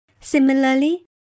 Similarly